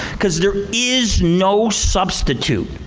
because there is no substitute